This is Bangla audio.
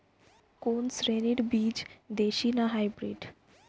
কোন শ্রেণীর বীজ দেশী না হাইব্রিড?